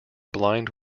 blind